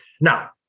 now